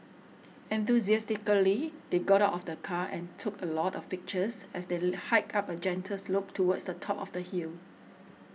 enthusiastically they got out of the car and took a lot of pictures as they hiked up a gentle slope towards the top of the hill